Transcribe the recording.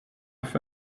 für